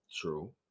True